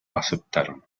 aceptaron